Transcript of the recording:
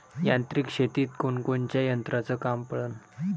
यांत्रिक शेतीत कोनकोनच्या यंत्राचं काम पडन?